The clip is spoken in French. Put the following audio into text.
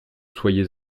soyez